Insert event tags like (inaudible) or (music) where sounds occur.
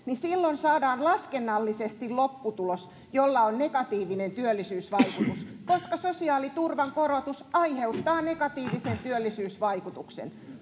(unintelligible) niin silloin saadaan laskennallisesti lopputulos jolla on negatiivinen työllisyysvaikutus koska sosiaaliturvan korotus aiheuttaa negatiivisen työllisyysvaikutuksen (unintelligible)